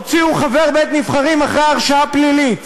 בארצות-הברית הוציאו חבר בית-הנבחרים אחרי הרשעה פלילית.